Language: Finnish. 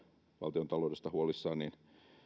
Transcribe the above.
valtiontaloudesta huolissaan